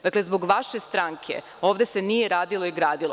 Dakle, zbog vaše stranke, ovde se nije radilo i gradilo.